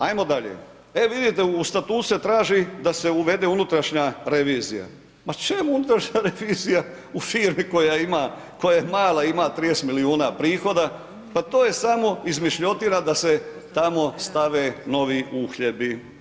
Ajmo dalje, e vidite, u statutu se traži, da se uvede unutrašnja revizija, pa čemu unutrašnja revizija, u firmi, koja ima, koja mala i ima 30 milijuna prihoda, pa to je samo izmišljotina, da se tamo stave novi uhljebi.